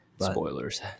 Spoilers